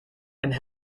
and